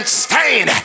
stain